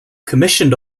commissioned